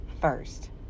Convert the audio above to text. first